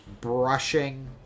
brushing